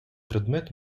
предмет